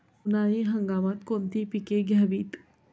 उन्हाळी हंगामात कोणती पिके घ्यावीत?